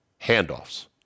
handoffs